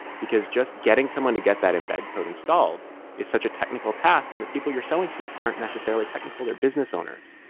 because just getting someone to get that embed code installed is such a technical task and the people you're selling to aren't necessarily technical. they're business owners.